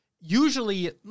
usually